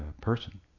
person